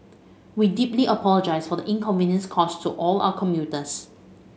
we deeply apologise for the inconvenience caused to all our commuters